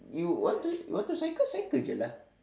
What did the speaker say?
you want to want to cycle cycle jer lah